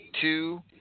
two